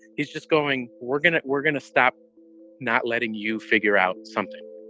he's just going we're gonna we're gonna stop not letting you figure out something